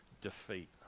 defeat